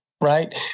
right